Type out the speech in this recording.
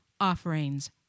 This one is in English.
Offerings